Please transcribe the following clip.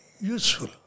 useful